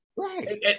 Right